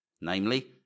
namely